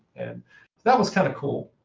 and that was kind of cool.